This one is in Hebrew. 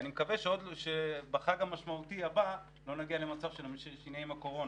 אני מקווה שבחג המשמעותי הבא לא נגיע למצב שבו נהיה עם הקורונה,